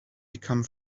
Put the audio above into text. become